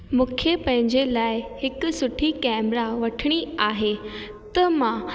मूंखे पंहिंजे लाइ हिकु सुठी कैमरा वठिणी आहे त मां